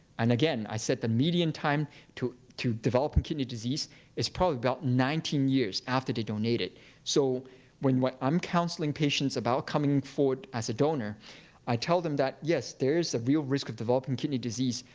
and again, i said the median time to to developing kidney disease is probably about nineteen years after they donated. so when when i'm counseling patients about coming forward as a donor i tell them that, yes, there is a real risk of developing kidney disease.